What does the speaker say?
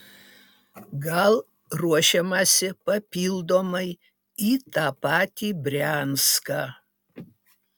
gal ruošiamasi papildomai į tą patį brianską